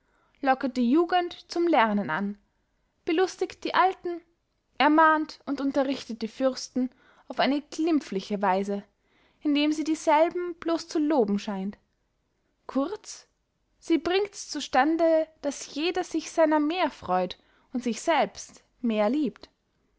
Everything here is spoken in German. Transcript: locket die jugend zum lernen an belustigt die alten ermahnt und unterrichtet die fürsten auf eine glimpfliche weise indem sie dieselben blos zu loben scheint kurz sie bringts zu stande daß jeder sich seiner mehr freut und sich selbst mehr liebt